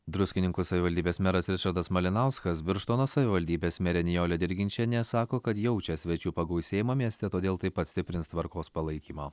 druskininkų savivaldybės meras ričardas malinauskas birštono savivaldybės merė nijolė dirginčienė sako kad jaučia svečių pagausėjimą mieste todėl taip pat stiprins tvarkos palaikymą